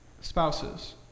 spouses